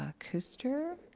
ah kuester